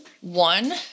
One